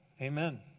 amen